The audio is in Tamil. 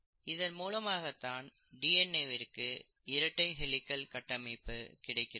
இதன் மூலமாக தான் டிஎன்ஏ விற்கு இரட்டை ஹெலிக்கள் கட்டமைப்பு கிடைக்கிறது